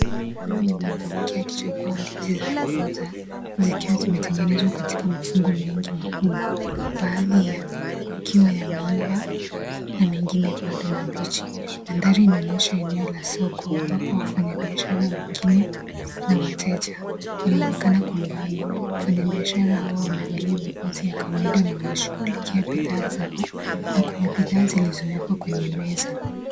Huyu ni mwanamke akichagua ndizi za kuuza ,zikiwa zimetengenezwa katika mafungo mengi makubwa baadhi yakiwa yameiva na mengine bado mabichi. Mandhari inaonyesha eneo la soko, ambapo wafanyabiashara wengine na wateja wanaonekana kwa mbali. Wafanyibiashara hawa wamevalia mavazi ya kawaida na wanashughulikia bidhaa zao, na kuna bidhaa zilizowekwa kwenye meza.